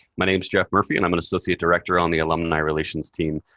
my name's jeff murphy, and i'm an associate director on the alumni relations team.